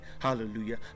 Hallelujah